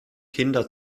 kinder